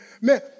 man